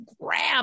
grab